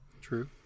True